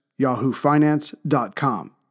yahoofinance.com